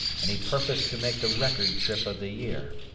and he purposed to make the record trip of the year.